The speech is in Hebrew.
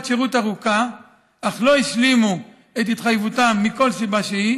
שירות ארוכה אך לא השלימו את התחייבותם מכל סיבה שהיא